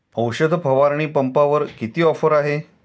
औषध फवारणी पंपावर किती ऑफर आहे?